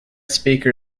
speaker